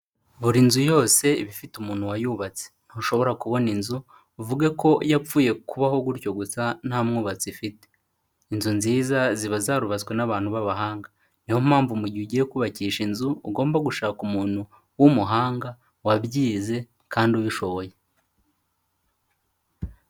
Buri nzu yose iba ifite umuntu wayubatse, ntushobora kubona inzu ngo uvuge ko yapfuye kubaho gutyo gusa nta mwubatsi ifite. Inzu nziza ziba zarubatswe n'abantu b'abahanga, n'iyo mpamvu mu gihe ugiye kubakisha inzu ugomba gushaka umuntu w'umuhanga, wabyize kandi ubishoboye.